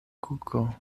kuko